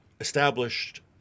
established